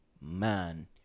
man